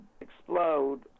explode